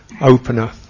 opener